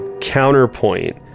counterpoint